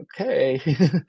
okay